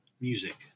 music